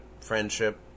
friendship